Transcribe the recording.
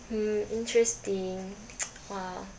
hmm interesting !wow!